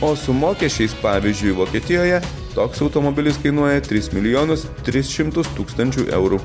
o su mokesčiais pavyzdžiui vokietijoje toks automobilis kainuoja tris milijonus tris šimtus tūkstančių eurų